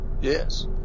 Yes